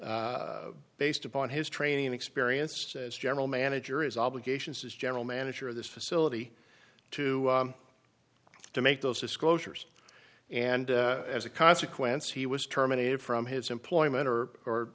based upon his training experience as general manager is obligations as general manager of this facility to to make those disclosures and as a consequence he was terminated from his employment or or